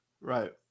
Right